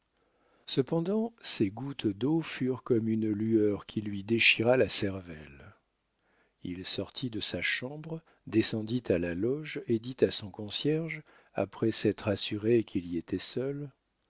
cependant ces gouttes d'eau furent comme une lueur qui lui déchira la cervelle il sortit de sa chambre descendit à la loge et dit à son concierge après s'être assuré qu'il y était seul